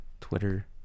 twitter